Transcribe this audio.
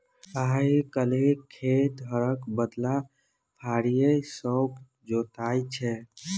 आइ काल्हि खेत हरक बदला फारीए सँ जोताइ छै